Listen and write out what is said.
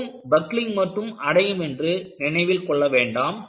தூண் பக்லிங் மட்டும் அடையும் என்று நினைவில் கொள்ள வேண்டாம்